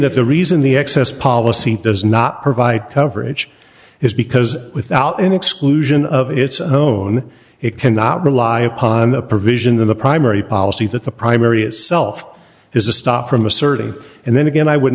that the reason the access policy does not provide coverage is because without any exclusion of its own it cannot rely upon the provision of the primary policy that the primary itself is a stock from a certain and then again i would